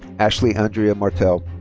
ashley andrea martell.